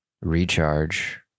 recharge